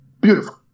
beautiful